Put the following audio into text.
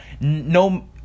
No